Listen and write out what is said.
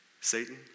Satan